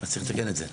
אז צריך לתקן את זה.